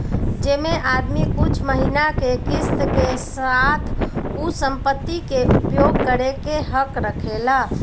जेमे आदमी कुछ महिना के किस्त के साथ उ संपत्ति के उपयोग करे के हक रखेला